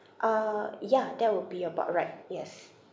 uh ya that would be about right yes